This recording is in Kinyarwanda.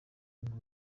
ngo